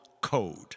code